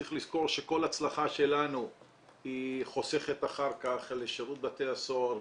צריך לזכור שכל הצלחה שלנו היא חוסכת אחר כך לשירות בתי הסוהר,